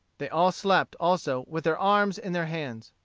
they all slept, also, with their arms in their hands.